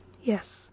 Yes